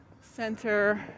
center